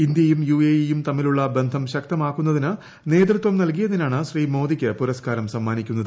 ഇന്ത്യയും യുക്എ് ഇയും തമ്മിലുള്ള ബന്ധം ശക്തമാക്കുന്നതിന് നേതൃത്വം നൃൽകിയ്തിനാണ് ശ്രീ മോദിക്ക് പുരസ്ക്കാരം സമ്മാനിക്കുന്നത്